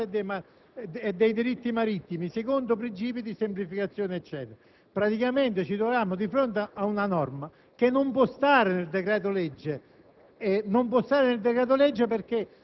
a rivedere la disciplina delle tasse e dei diritti marittimi secondo principi di semplificazione. Praticamente, ci troviamo di fronte a una norma che non può essere contenuta nel decreto-legge